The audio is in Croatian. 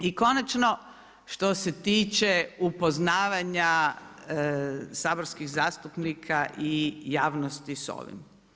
I konačno što se tiče upoznavanja saborskih zastupnika i javnosti sa ovim.